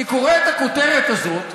אני קורא את הכותרת הזאת,